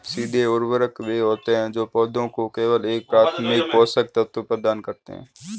सीधे उर्वरक वे होते हैं जो पौधों को केवल एक प्राथमिक पोषक तत्व प्रदान करते हैं